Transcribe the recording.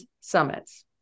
summits